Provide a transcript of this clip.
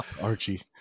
Archie